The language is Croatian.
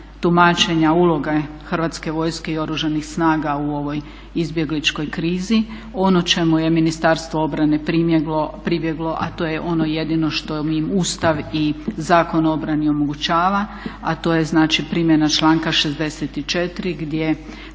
tumačenja uloge Hrvatske vojske i Oružanih snaga u ovoj izbjegličkoj krizi. Ono o čemu je Ministarstvo obrane pribjeglo a to je ono jedino što im Ustav i Zakon o obrani omogućava a to je znači primjena članka 64. gdje